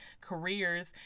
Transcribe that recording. careers